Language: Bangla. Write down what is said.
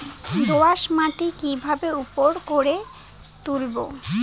দোয়াস মাটি কিভাবে উর্বর করে তুলবো?